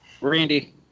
Randy